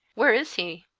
where is he?